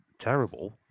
terrible